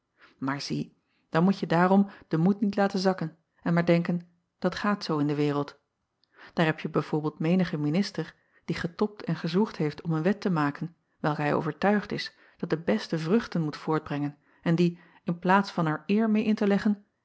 maar zie dan moetje daarom den moed niet laten zakken en maar denken dat gaat zoo in de wereld aar hebje b v menigen minister die getobt en gezwoegd heeft om een wet te maken welke hij overtuigd is dat de beste vruchten moet voortbrengen en die in plaats van er eer meê in te leggen